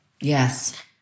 Yes